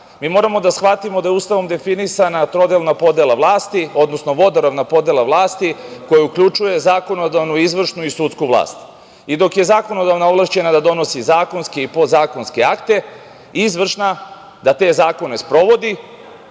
moramo da shvatimo je Ustavom definisana trodelna podela vlasti, odnosno vodoravna podela vlasti koja uključuje zakonodavnu, izvršnu i sudsku vlast. Dok je zakonodavna ovlašćena da donosi zakonske i podzakonske akte, izvršna da te zakone sprovodi,